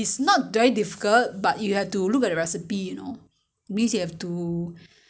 garlic ginger all this you know the turmeric all these you know then you mix together